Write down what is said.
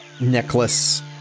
necklace